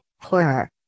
Horror